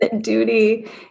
duty